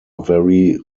very